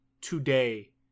today